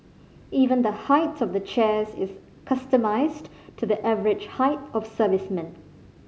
even the height of the chairs is customised to the average height of servicemen